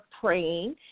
praying